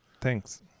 Thanks